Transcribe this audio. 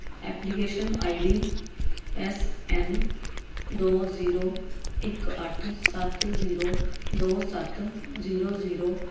application I D S N ਦੋ zero ਇੱਕ ਅੱਠ ਸੱਤ ਜ਼ੀਰੋ ਦੋ ਸੱਤ ਜ਼ੀਰੋ ਜ਼ੀਰੋ